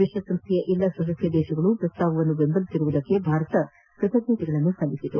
ವಿಶ್ವಸಂಸ್ಡೆಯ ಎಲ್ಲ ಸದಸ್ಯ ರಾಷ್ವಗಳು ಪ್ರಸ್ತಾವವನ್ನು ಬೆಂಬಲಿಸಿರುವುದಕ್ಕೆ ಭಾರತ ಕೃತಜ್ಞತೆಗಳನ್ನು ಸಲ್ಲಿಸಿದೆ